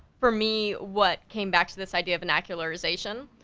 for me, what came back to this idea of vernacularization,